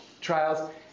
trials